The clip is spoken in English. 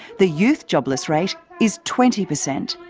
the youth jobless rate is twenty percent.